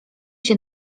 się